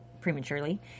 prematurely